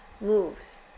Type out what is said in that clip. moves